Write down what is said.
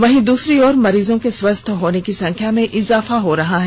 वहीं दूसरी तरफ मरीजों के स्वस्थ होने की संख्या में इजाफा हो रहा है